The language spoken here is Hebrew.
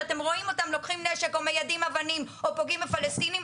שאתם רואים אותם לוקחים נשק או מיידים אבנים או פוגעים בפלסטינים,